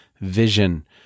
vision